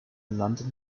london